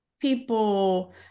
people